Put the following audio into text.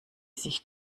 sich